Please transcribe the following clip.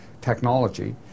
technology